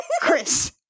Chris